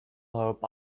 hope